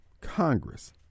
Congress